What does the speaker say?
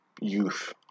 youth